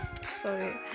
sorry